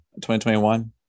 2021